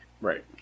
Right